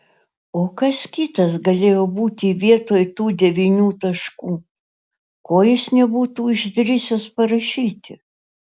o kas kitas galėjo būti vietoj tų devynių taškų ko jis nebūtų išdrįsęs parašyti